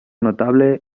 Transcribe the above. notable